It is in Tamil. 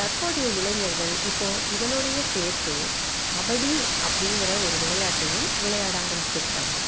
தற்போதய இளைஞர்கள் இப்போ இதனோடையே சேர்த்து கபடி அப்படிங்குற ஒரு விளையாட்டையும் விளையாடய ஆரம்பிச்சிருக்காங்க